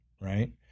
right